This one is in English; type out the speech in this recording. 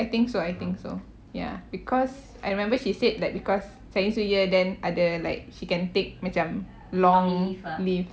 I think so I think so ya because I remember she said that because chinese new year then ada like she can take macam long leave